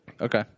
Okay